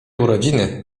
urodziny